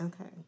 Okay